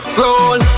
roll